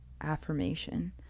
affirmation